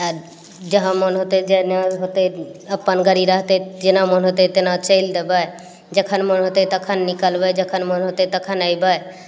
आ जहाँ मन होतय जे मन होतय अपन गाड़ी रहतय तऽ जेना मन होतय तेना चलि देबय जखन मन होतय तखन निकलबय जखन मन होतय तखन अयबय